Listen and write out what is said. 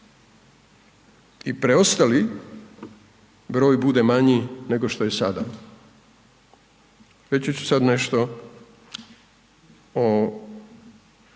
i preostali broj bude manji nego što je sada. Reći ću sad nešto o